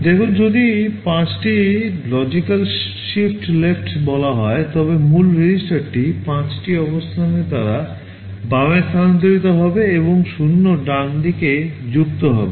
দেখুন যদি 5 টি লজিকাল শিফট লেফট বলা হয় তবে মূল রেজিস্টারটি 5 টি অবস্থানের দ্বারা বামে স্থানান্তরিত হবে এবং 0 এর ডানদিকে যুক্ত হবে